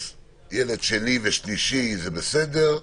ילד שני ושלישי זה בסדר,